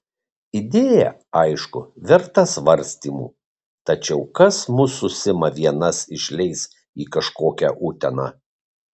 idėja aišku verta svarstymų tačiau kas mus su sima vienas išleis į kažkokią uteną